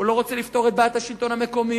הוא לא רוצה לפתור את בעיית השלטון המקומי,